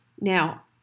Now